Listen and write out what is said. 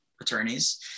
attorneys